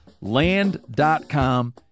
Land.com